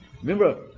Remember